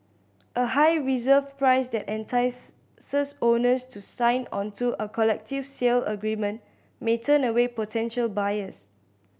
a high reserve price that entice owners to sign onto a collective sale agreement may turn away potential buyers